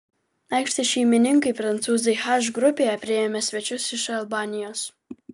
aikštės šeimininkai prancūzai h grupėje priėmė svečius iš albanijos